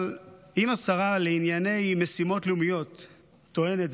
אבל אם השרה לענייני משימות לאומיות טוענת,